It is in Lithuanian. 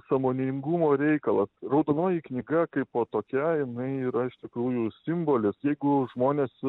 sąmoningumo reikalas raudonoji knyga kaipo tokia jinai yra iš tikrųjų simbolis jeigu žmonės